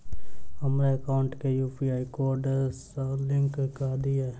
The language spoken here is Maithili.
हमरा एकाउंट केँ यु.पी.आई कोड सअ लिंक कऽ दिऽ?